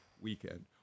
weekend